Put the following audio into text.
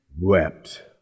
wept